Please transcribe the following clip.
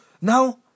Now